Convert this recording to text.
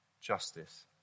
justice